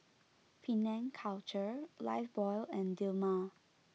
Penang Culture Lifebuoy and Dilmah